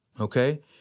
okay